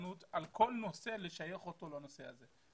בגזענות על כל נושא לשייך אותו לנושא הזה,